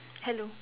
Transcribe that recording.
hello